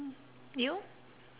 you